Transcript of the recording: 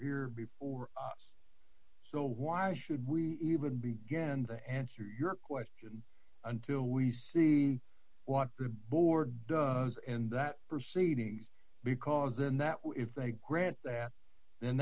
here before us so why should we even begin to answer your question until we see what the board does and that proceeding because in that way if they grant that then